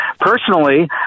Personally